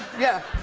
yeah.